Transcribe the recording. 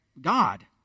God